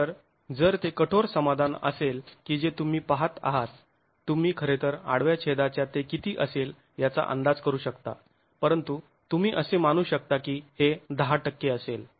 तर जर ते कठोर समाधान असेल की जे तुम्ही पाहत आहात तुम्ही खरेतर आडव्या छेदाच्या ते किती असेल याचा अंदाज करू शकता परंतु तुम्ही असे मानु शकता की हे १० असेल